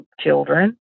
children